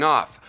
Off